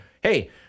Hey